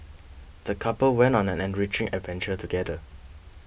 the couple went on an enriching adventure together